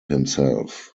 himself